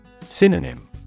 Synonym